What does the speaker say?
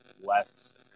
less –